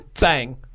Bang